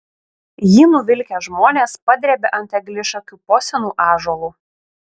jį nuvilkę žmonės padrėbė ant eglišakių po senu ąžuolu